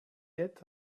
yet